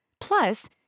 Plus